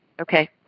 Okay